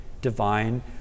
divine